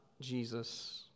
Jesus